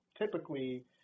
typically